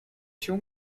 się